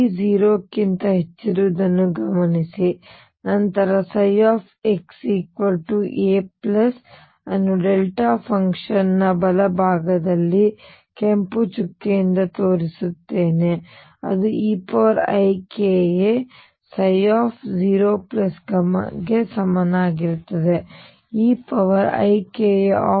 E 0 ಕ್ಕಿಂತ ಹೆಚ್ಚಿರುವುದನ್ನು ಗಮನಿಸಿ ನಂತರ ನಾನು xa ಅನ್ನು ಡೆಲ್ಟಾ ಫಂಕ್ಷನ್ ನ ಬಲಭಾಗದಲ್ಲಿ ಈ ಕೆಂಪು ಚುಕ್ಕೆಯಿಂದ ತೋರಿಸುತ್ತೇನೆ ಅದು eikaψ0 ಗೆ ಸಮನಾಗಿರುತ್ತದೆ eikaAB